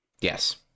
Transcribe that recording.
Yes